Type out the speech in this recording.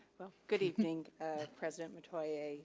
good evening president metoyer,